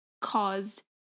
caused